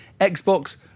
Xbox